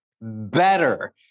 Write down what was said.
better